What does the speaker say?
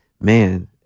man